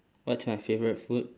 what's my favourite food